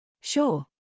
Sure